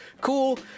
Cool